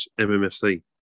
MMFC